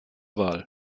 wahl